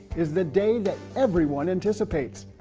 is the day that everyone anticipates,